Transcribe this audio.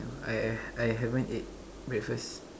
I I I haven't ate breakfast